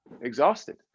exhausted